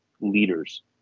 leaders